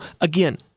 again